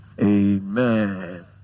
amen